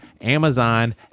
Amazon